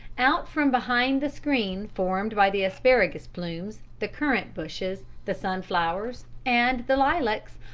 out from behind the screen formed by the asparagus plumes, the currant-bushes, the sunflowers, and the lilacs,